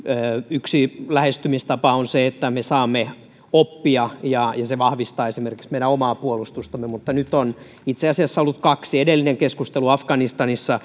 yksi lähestymistapa on se että me saamme oppia ja se vahvistaa esimerkiksi meidän omaa puolustustamme mutta nyt on itse asiassa ollut kaksi kertaa edellinen keskustelu